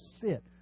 sit